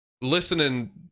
listening